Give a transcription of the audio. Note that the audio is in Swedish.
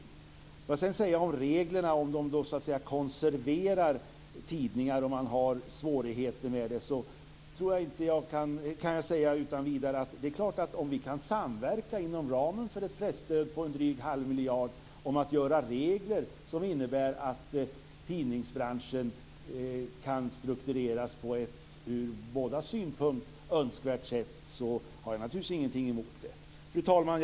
När det gäller svårigheter med att reglerna konserverar tidningar kan jag utan vidare säga att om vi kan samverka inom ramen för ett presstöd på drygt en halv miljard för att skapa regler som innebär att tidningsbranschen kan struktureras på ett ur bådas synpunkt önskvärt sätt så har jag naturligtvis ingenting emot det. Fru talman!